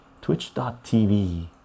Twitch.tv